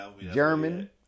German